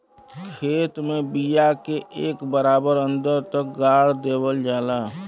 खेत में बिया के एक बराबर अन्दर तक गाड़ देवल जाला